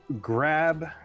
grab